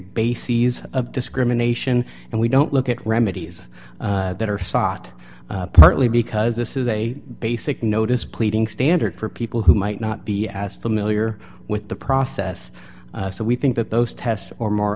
bases of discrimination and we don't look at remedies that are thought partly because this is a basic notice pleading standard for people who might not be as familiar with the process so we think that those tests or more